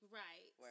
right